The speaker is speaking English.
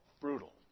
brutal